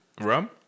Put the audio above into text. Rum